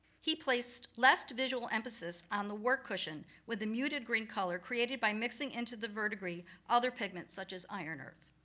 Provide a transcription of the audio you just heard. he placed less visual emphasis on the work cushion, with the muted green color, created by mixing into the verdigris, other pigments, such as iron earth.